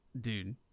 dude